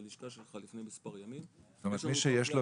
ללשכה שלך לפני מספר ימים --- זאת אומרת מי שיש לו